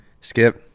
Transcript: skip